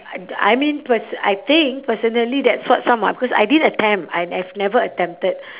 I I mean perso~ I think personally that's what some are cause I didn't attempt I have never attempted